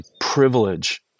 privilege